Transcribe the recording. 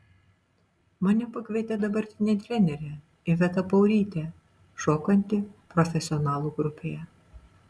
mane pakvietė dabartinė trenerė iveta paurytė šokanti profesionalų grupėje